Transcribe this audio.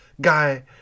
Guy